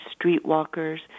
streetwalkers